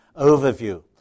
overview